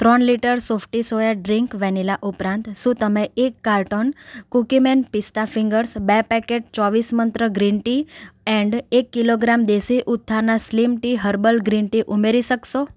ત્રણ litre Sofit soya drink vanilla ઉપરાંત શું તમે એક કારટોન કૂકીમેન પીસ્તા ફીન્ગર્સ બે પેકેટ ચોવીસ મંત્ર ગ્રીન ટી એન્ડ એક કિલોગ્રામ દેશી ઉત્થાના slim tea herbal green tea ઉમેરી શકશો